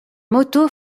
moto